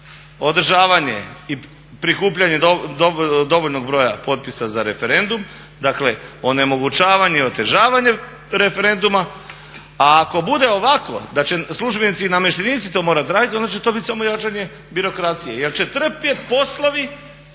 održavanje i prikupljanje dovoljnog broja potpisa za referendum, dakle onemogućavanje i otežavanje referenduma a ako bude ovako da će službenici i namještenici to morati raditi onda će to biti samo jačanje birokracije jer će trpjet poslovi